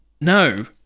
No